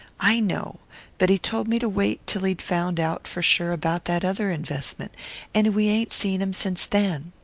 i know but he told me to wait till he'd found out for sure about that other investment and we ain't seen him since then.